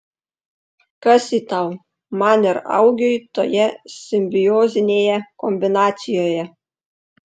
kas ji tau man ir augiui toje simbiozinėje kombinacijoje